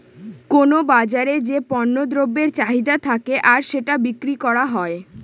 কোনো বাজারে যে পণ্য দ্রব্যের চাহিদা থাকে আর সেটা বিক্রি করা হয়